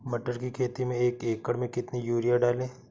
मटर की खेती में एक एकड़ में कितनी यूरिया डालें?